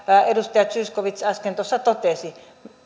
edustaja zyskowicz äsken tuossa totesi